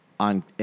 on